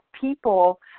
people